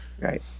Right